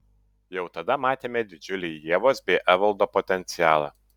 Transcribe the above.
jau tada matėme didžiulį ievos bei evaldo potencialą